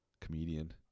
Comedian